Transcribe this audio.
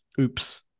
Oops